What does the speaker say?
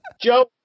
Joe-